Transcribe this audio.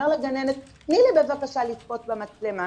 אומר לגננת: תני לי בבקשה לצפות במצלמה.